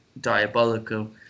diabolical